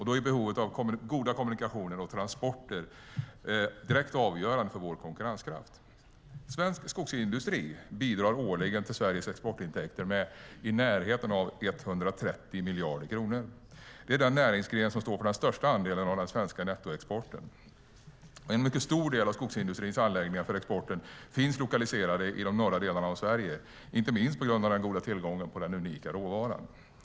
Då är behovet av goda kommunikationer och transporter direkt avgörande för vår konkurrenskraft. Svensk skogsindustri bidrar årligen till Sveriges exportintäkter med nära 130 miljarder kronor. Det är den näringsgren som står för den största andelen av den svenska nettoexporten. En mycket stor del av skogsindustrins anläggningar för exporten finns lokaliserade i de norra delarna av Sverige, inte minst på grund av den goda tillgången på den unika råvaran.